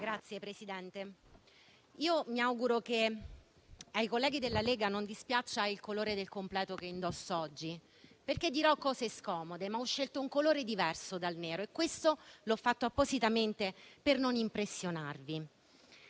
Signora Presidente, io mi auguro che ai colleghi della Lega non dispiaccia il colore del completo che indosso oggi, perché dirò cose scomode, ma ho scelto un colore diverso dal nero e l'ho fatto appositamente per non impressionarli.